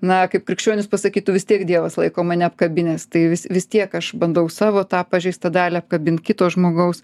na kaip krikščionys pasakytų vis tiek dievas laiko mane apkabinęs tai vis vis tiek aš bandau savo tą pažeistą dalį apkabint kito žmogaus